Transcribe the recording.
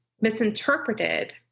misinterpreted